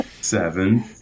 Seven